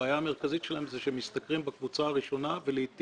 הבעיה המרכזית שלהם היא שהם משתכרים בקבוצה הראשונה ולעתים